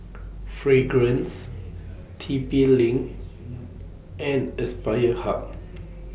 Fragrance T P LINK and Aspire Hub